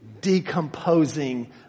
decomposing